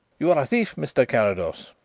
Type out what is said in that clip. you are a thief, mr. carrados.